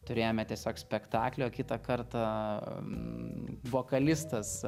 turėjome tiesiog spektaklį o kitą kartą vokalistas